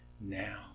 now